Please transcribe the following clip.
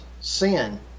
sin